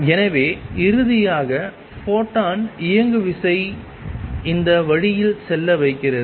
எனவே இறுதியாக ஃபோட்டான் இயங்குவிசை இந்த வழியில் செல்ல வைக்கிறது